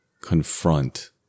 confront